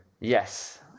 Yes